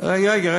רגע,